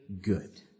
good